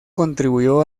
contribuyó